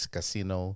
Casino